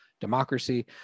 democracy